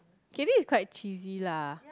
okay this is quite cheesy lah